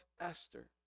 Esther